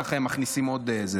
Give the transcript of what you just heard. ככה הם מכניסים עוד.